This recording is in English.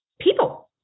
people